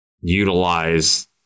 utilize